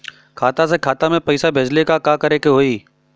खाता से खाता मे पैसा भेजे ला का करे के होई?